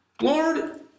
Lord